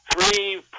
Three